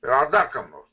ar dar kam nors